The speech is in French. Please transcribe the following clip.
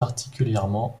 particulièrement